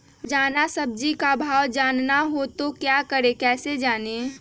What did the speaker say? रोजाना सब्जी का भाव जानना हो तो क्या करें कैसे जाने?